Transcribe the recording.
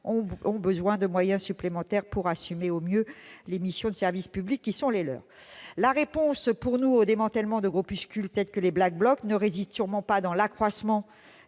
ont besoin de moyens supplémentaires pour assumer au mieux les missions de service public qui sont les leurs. Pour nous, la réponse au démantèlement de groupuscules tels que les Black Blocs ne réside sûrement pas dans l'accroissement